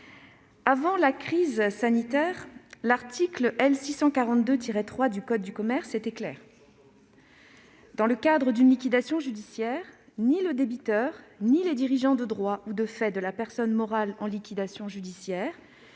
avant la crise sanitaire, l'article L. 642-3 du code de commerce était clair : dans le cadre d'une liquidation judiciaire, ni le débiteur, ni les dirigeants de droit ou de fait de la personne morale en liquidation judiciaire,